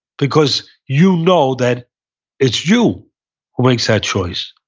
because you know that it's you who makes that choice.